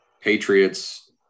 Patriots